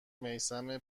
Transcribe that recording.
میثم